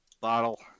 bottle